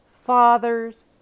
Father's